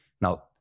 Now